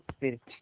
Spirit